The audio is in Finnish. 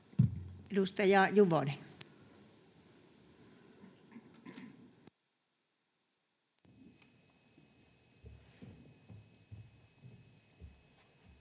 Edustaja Juvonen. Arvoisa